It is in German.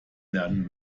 lernen